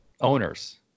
owners